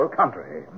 country